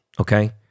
okay